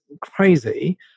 crazy